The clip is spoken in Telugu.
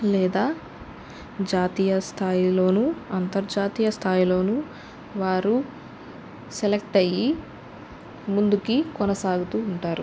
లేదా జాతీయస్థాయిలోనూ అంతర్జాతీయ స్థాయిలోనూ వారు సెలెక్ట్ అయ్యి ముందుకి కొనసాగుతూ ఉంటారు